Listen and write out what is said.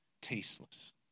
Tasteless